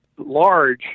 large